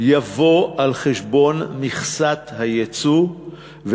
תבוא על חשבון מכסת היצוא,